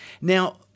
Now